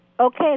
Okay